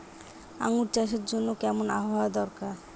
আঙ্গুর চাষের জন্য কেমন আবহাওয়া দরকার?